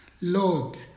Lord